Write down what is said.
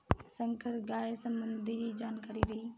संकर गाय संबंधी जानकारी दी?